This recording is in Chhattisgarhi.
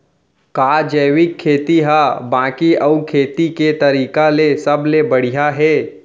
का जैविक खेती हा बाकी अऊ खेती के तरीका ले सबले बढ़िया हे?